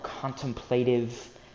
contemplative